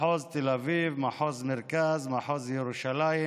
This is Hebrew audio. מחוז תל אביב, מחוז מרכז, מחוז ירושלים,